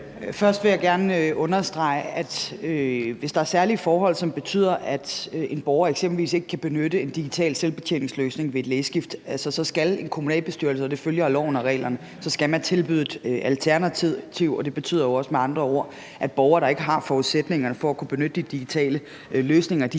Først vil jeg gerne understrege, at hvis der er særlige forhold, som betyder, at en borger eksempelvis ikke kan benytte en digital selvbetjeningsløsning ved et lægeskift, så skal en kommunalbestyrelse, og det følger af loven og reglerne, tilbyde et alternativ. Og det betyder jo med andre ord også, at borgere, der ikke har forudsætningerne for at kunne benytte de digitale løsninger,